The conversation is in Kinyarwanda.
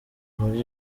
muri